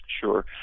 Sure